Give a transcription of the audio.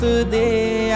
Today